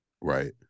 right